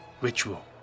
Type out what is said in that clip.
ritual